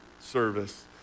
service